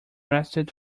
rested